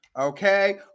Okay